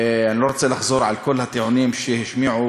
אני לא רוצה לחזור על כל הטיעונים שהשמיעו